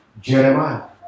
Jeremiah